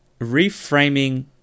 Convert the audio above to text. reframing